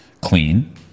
clean